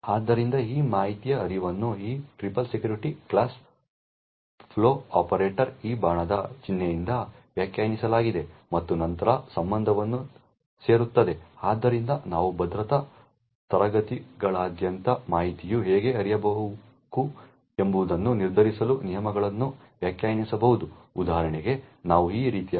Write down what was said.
ಆದ್ದರಿಂದ ಈ ಮಾಹಿತಿಯ ಹರಿವನ್ನು ಈ triple security class flow operator ಈ ಬಾಣದ ಚಿಹ್ನೆಯಿಂದ ವ್ಯಾಖ್ಯಾನಿಸಲಾಗಿದೆ ಮತ್ತು ನಂತರ ಸಂಬಂಧವನ್ನು ಸೇರುತ್ತದೆ ಆದ್ದರಿಂದ ನಾವು ಭದ್ರತಾ ತರಗತಿಗಳಾದ್ಯಂತ ಮಾಹಿತಿಯು ಹೇಗೆ ಹರಿಯಬೇಕು ಎಂಬುದನ್ನು ನಿರ್ಧರಿಸಲು ನಿಯಮಗಳನ್ನು ವ್ಯಾಖ್ಯಾನಿಸಬಹುದು ಉದಾಹರಣೆಗೆ ನಾವು ಈ ರೀತಿಯ ಬಿ